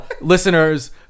listeners